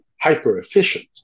hyper-efficient